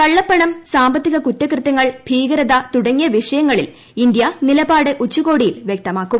കള്ളപ്പണം സാമ്പത്തിക കുറ്റകൃത്യങ്ങൾ ഭീകരത തുടങ്ങിയ വിഷയങ്ങളിൽ ഇന്ത്യ നിലപാട് ഉച്ചകോടിയിൽ വ്യക്തമാക്കും